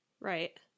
Right